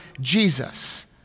Jesus